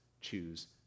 choose